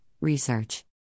research